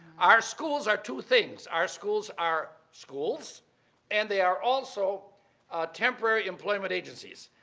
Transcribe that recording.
our schools are two things our schools are schools and they are also temporary employment agencies.